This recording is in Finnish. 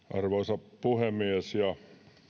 arvoisa puhemies